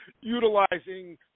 utilizing